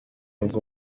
bwo